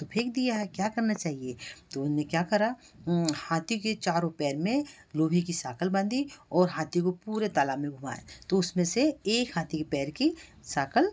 तो फेंक दिया है क्या करना चाहिए तो उन्होंने क्या करा हाथी के चारों पैर में लोहे की साँकल बाँधी और हाथी को पूरे तालाब में घूमाए तो उसमें से एक हाथी के पैर की साँकल